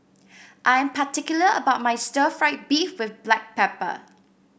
I'm particular about my Stir Fried Beef with Black Pepper